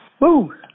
Woo